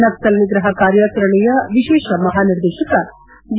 ನಕ್ಕಲ್ ನಿಗ್ರಹ ಕಾರ್ಯಾಚರಣೆಯ ವಿಶೇಷ ಮಹಾನಿರ್ದೇಶಕ ಡಿ